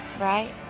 right